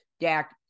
Dak